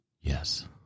Yes